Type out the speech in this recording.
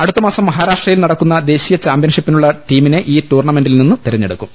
അടുത്തമാസം മഹാരാഷ്ട്രയിൽ നടക്കുന്ന ദേശീയ ചാമ്പ്യൻഷിപ്പിനുള്ള ടീമിനെ ഈ ടൂർണമെന്റിൽ നിന്ന് തിരഞ്ഞെ ടുക്കും